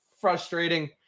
frustrating